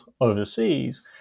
overseas